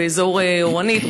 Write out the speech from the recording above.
באזור אורנית,